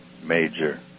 major